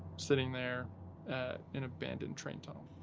sitting there at an abandoned train tunnel.